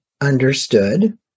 understood